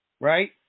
Right